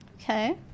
Okay